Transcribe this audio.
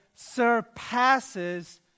Surpasses